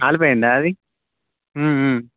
కాలిపోయిందా అది